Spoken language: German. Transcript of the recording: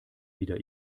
wieder